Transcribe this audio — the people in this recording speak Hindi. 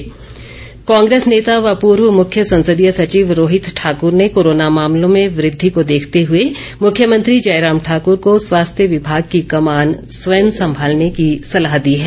रोहित ठाकूर कांग्रेस नेता व पूर्व मुख्य संसदीय सचिव रोहित ठाकर ने कोरोना मामलों में वृद्धि को देखते हुए मुख्यमंत्री जयराम ठाकुर को स्वास्थ्य विभाग की कमान स्वयं संभालने की सलाह दी है